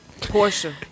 Portia